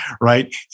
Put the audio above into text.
right